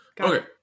Okay